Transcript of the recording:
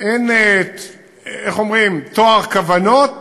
אין טוהר כוונות